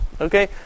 Okay